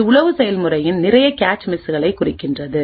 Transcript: இது உளவு செயல்முறையின் நிறைய கேச் மிஸ்களை குறிக்கிறது